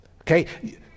Okay